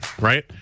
right